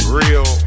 real